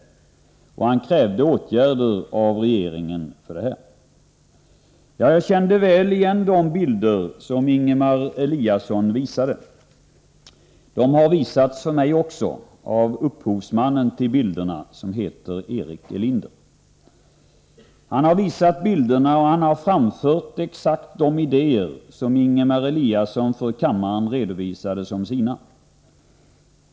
Han krävde åtgärder av regeringen för det. Jag kände väl igen de bilder som Ingemar Eliasson visade. De har visats också för mig av upphovsmannen till bilderna. Han heter Erik Elinder. Han har visat bilderna och framfört exakt samma idéer som Ingemar Eliasson redovisade inför kammaren som sina.